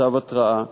מכתב התראה,